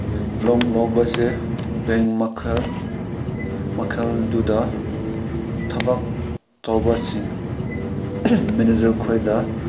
ꯂꯣꯟ ꯂꯧꯕꯁꯦ ꯕꯦꯡ ꯃꯈꯜ ꯃꯈꯜꯗꯨꯗ ꯊꯕꯛ ꯇꯧꯕꯁꯤꯡ ꯃꯦꯅꯦꯖꯔ ꯈꯣꯏꯗ